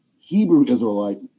Hebrew-Israelite